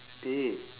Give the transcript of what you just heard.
dey